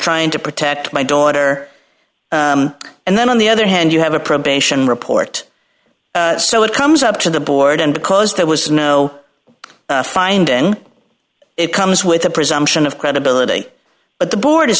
trying to protect my daughter and then on the other hand you have a probation report so it comes up to the board and because there was no find an it comes with a presumption of credibility but the board is